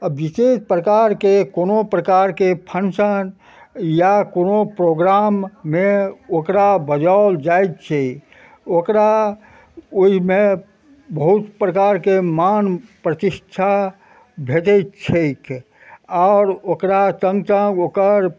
विशेष प्रकारके कोनो प्रकारके फंक्शन या कोनो प्रोग्राममे ओकरा बजाओल जाइत छै ओकरा ओइमे बहुत प्रकारके मान प्रतिष्ठा भेटैत छैक आओर ओकरा सङ्ग सङ्ग ओकर